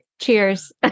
Cheers